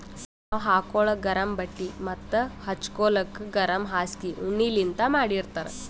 ನಾವ್ ಹಾಕೋಳಕ್ ಗರಮ್ ಬಟ್ಟಿ ಮತ್ತ್ ಹಚ್ಗೋಲಕ್ ಗರಮ್ ಹಾಸ್ಗಿ ಉಣ್ಣಿಲಿಂತ್ ಮಾಡಿರ್ತರ್